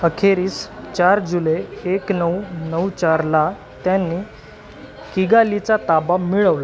अखेरीस चार जुलै एक नऊ नऊ चारला त्यांनी किगालिचा ताबा मिळवला